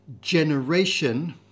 generation